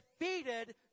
defeated